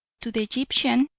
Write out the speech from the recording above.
to the egyptian,